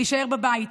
יעל, תישאר בבית.